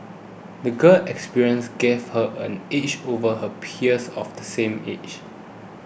the girl's experiences gave her an edge over her peers of the same age